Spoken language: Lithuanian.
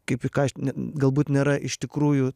kaip į ką galbūt nėra iš tikrųjų